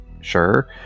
sure